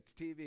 TV